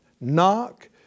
Knock